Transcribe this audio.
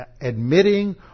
admitting